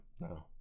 No